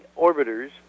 orbiters